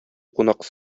кунак